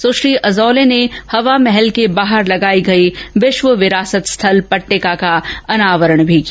सुश्री Azoulay ने हवामहल के बाहर लगाई गयी विश्व विरासत स्थल पट्टिका का अनावरण भी किया